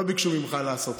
לא ביקשו ממך לעשות.